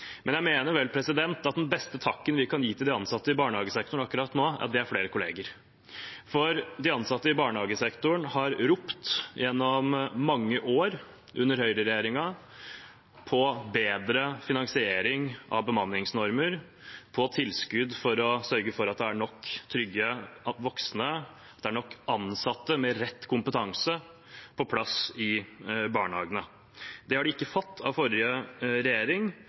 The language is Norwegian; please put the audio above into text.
Men jeg mener vel at den beste takken vi kan gi til de ansatte i barnehagesektoren akkurat nå, er flere kolleger. De ansatte i barnehagesektoren har ropt gjennom mange år – under høyreregjeringen – på bedre finansiering av bemanningsnormer, og på tilskudd for å sørge for at det er nok trygge voksne og nok ansatte med rett kompetanse på plass i barnehagene. Det fikk de ikke av forrige regjering,